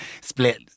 split